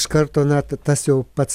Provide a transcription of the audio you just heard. iš karto na tas jau pats